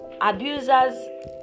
abusers